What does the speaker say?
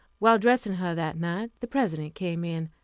while dressing her that night, the president came in,